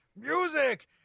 music